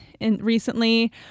recently